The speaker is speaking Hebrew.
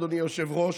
אדוני היושב-ראש,